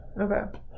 Okay